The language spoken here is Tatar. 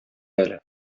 әле